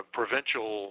provincial